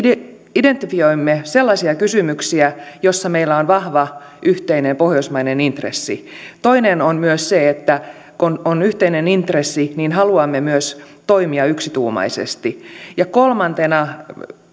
identifioimme sellaisia kysymyksiä joissa meillä on vahva yhteinen pohjoismainen intressi toinen on se että kun on yhteinen intressi niin haluamme myös toimia yksituumaisesti kolmantena